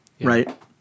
right